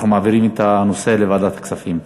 אנחנו מעבירים את הנושא לוועדת הכספים.